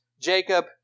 Jacob